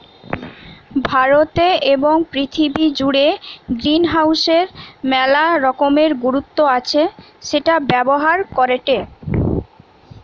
ভারতে এবং পৃথিবী জুড়ে গ্রিনহাউসের মেলা রকমের গুরুত্ব আছে সেটা ব্যবহার করেটে